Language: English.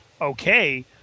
okay